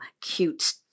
cute